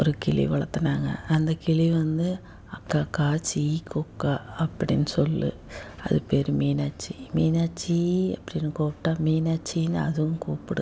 ஒரு கிளி வளர்த்துனாங்க அந்த கிளி வந்து அக்காக்கா சீ கொக்கா அப்படின் சொல்லும் அது பேர் மீனாட்சி மீனாட்சி அப்படின்னு கூப்பிட்டா மீனாட்சின்னு அதுவும் கூப்பிடும்